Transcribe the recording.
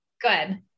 Good